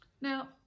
Now